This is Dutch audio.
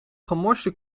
gemorste